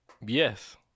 Yes